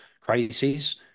crises